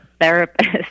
therapist